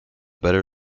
better